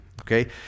okay